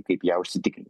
kaip ją užsitikrint